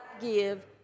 give